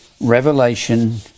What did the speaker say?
Revelation